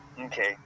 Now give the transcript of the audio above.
Okay